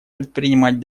предпринимать